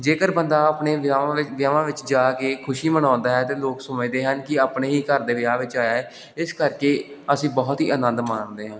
ਜੇਕਰ ਬੰਦਾ ਆਪਣੇ ਵਿਆਹਾਂ ਵਿੱਚ ਵਿਆਹਾਂ ਵਿੱਚ ਜਾ ਕੇ ਖੁਸ਼ੀ ਮਨਾਉਂਦਾ ਹੈ ਤਾਂ ਲੋਕ ਸਮਝਦੇ ਹਨ ਕਿ ਆਪਣੇ ਹੀ ਘਰ ਦੇ ਵਿਆਹ ਵਿੱਚ ਆਇਆ ਹੈ ਇਸ ਕਰਕੇ ਅਸੀਂ ਬਹੁਤ ਹੀ ਆਨੰਦ ਮਾਣਦੇ ਹਾਂ